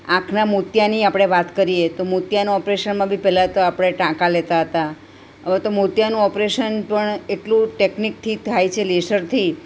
આંખના મોતિયાની આપણે વાત કરીએ તો મોતિયાના ઓપરેશનમાં બી પહેલાં તો આપણે ટાંકા લેતા હતા હવે તો મોતીયાનું ઓપરેશન પણ એટલું ટેક્નિકથી થાય છે લેસરથી